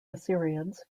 assyrians